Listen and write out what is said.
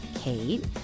Kate